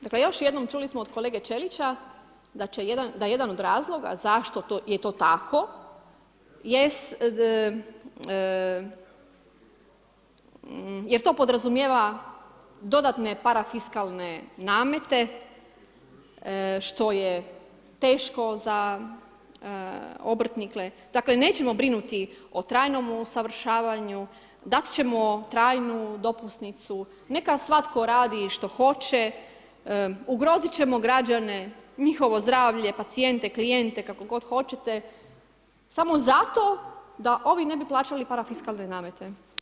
Dakle još jednom, čuli smo od kolege Ćelića da jedan od razloga zašto je to tako jest jer to podrazumijeva dodatne parafiskalne namete što je teško za obrtnike, dakle nećemo brinuti o trajnome usavršavanju, dati ćemo trajnu dopusnicu, neka svatko radi što hoće, ugroziti ćemo građane, njihovo zdravlje, pacijente, klijente, kako god hoćete samo zato da ovi ne bi plaćali parafiskalne namete.